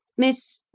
miss,